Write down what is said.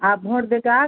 आप व्होट देगा